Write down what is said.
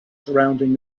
surrounding